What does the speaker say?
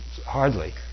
hardly